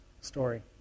story